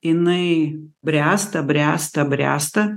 inai bręsta bręsta bręsta